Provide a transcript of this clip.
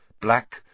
Black